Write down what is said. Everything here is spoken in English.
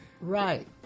Right